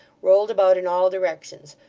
rolled about in all directions,